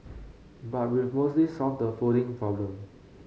but we've mostly solved the folding problem